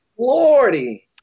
Lordy